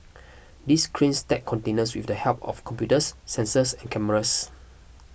these cranes stack containers with the help of computers sensors and cameras